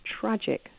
tragic